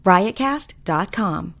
Riotcast.com